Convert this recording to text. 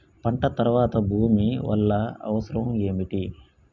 పంట తర్వాత భూమి వల్ల అవసరం ఏమిటి?